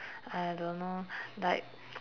I don't know like